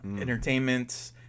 Entertainment